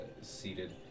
seated